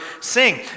sing